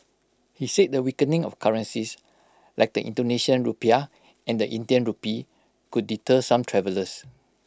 he said the weakening of currencies like the Indonesian Rupiah and Indian Rupee could deter some travellers